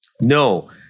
no